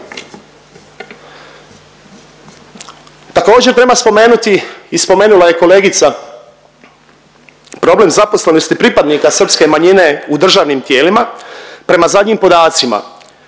Također treba spomenuti i spomenula je kolegica problem zaposlenosti pripadnika srpske manjine u državnim tijelima. Prema zadnjim podacima